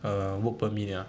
uh work permit ah